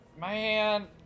Man